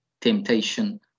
temptation